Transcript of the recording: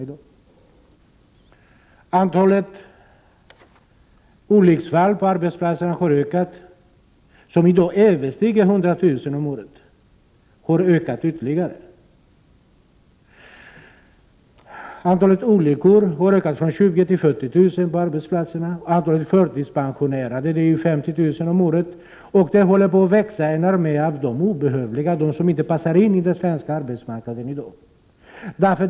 21 november 1988 Antalet olycksfall på arbetsplatserna har ökat — för närvarande mer än SG 100 000 om året, och det blir ytterligare en ökning. Antalet olyckor på OMEG öetdssven; arbetsplatserna har således ökat från 20 000 till 40 000. Antalet människor Skaarbetsmarknaden som årligen blir förtidspensionerade är nu 50 000. Armén växer av dem som inte behövs, som inte passar in på den svenska arbetsmarknaden i dag.